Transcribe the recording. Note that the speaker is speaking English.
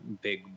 big